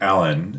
Alan